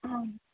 ಹಾಂ